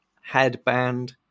headband